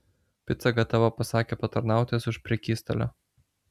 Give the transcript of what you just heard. pica gatava pasakė patarnautojas už prekystalio